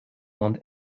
want